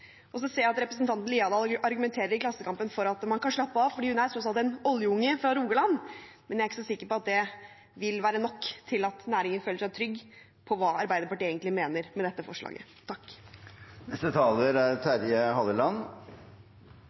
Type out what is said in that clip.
Og så ser jeg at representanten Haukeland Liadal argumenterer i Klassekampen for at man kan slappe av fordi hun er tross alt en oljeunge fra Rogaland. Men jeg er ikke så sikker på at det vil være nok til at næringen kan føle seg trygg på hva Arbeiderpartiet egentlig mener med dette forslaget. Jeg er